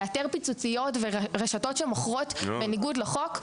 לאתר פיצוציות ורשתות שמוכרות בניגוד לחוק,